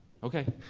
okay.